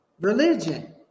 religion